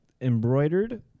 embroidered